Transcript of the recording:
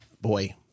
Boy